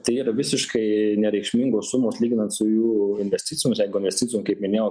tai yra visiškai nereikšmingos sumos lyginant su jų investicijomis jeigu investicijom kaip minėjau